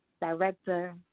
director